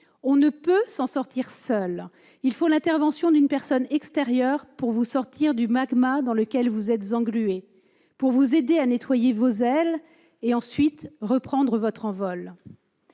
On ne peut s'en sortir seul ; il faut l'intervention d'une personne extérieure pour vous extraire du magma dans lequel vous êtes englué, pour vous aider à nettoyer vos ailes et à reprendre, ensuite, votre envol.